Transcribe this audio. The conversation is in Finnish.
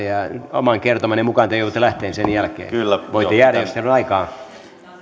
oman kertomanne mukaan te joudutte lähtemään sen jälkeen voitte jäädä jos teillä on aikaa